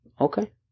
Okay